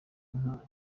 nka